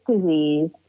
disease